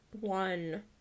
one